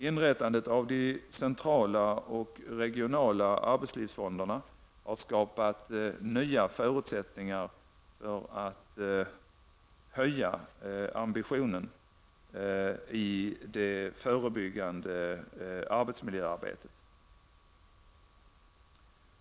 Inrättandet av de centrala och regionala arbetslivsfonderna har skapat nya förutsättningar för att höja ambitionsnivån i det förebyggande arbetsmiljöarbetet.